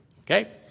Okay